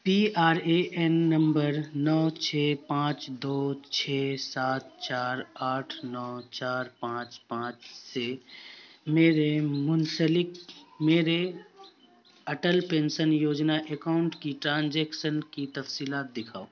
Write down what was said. P R A N نمبر نو چھ پانچ دو چھ سات چار آٹھ نو چار پانچ پانچ سے میرے منسلک میرے اٹل پینسن یوجنا اکاؤنٹ کی ٹرانجیکسن کی تفصیلات دکھاؤ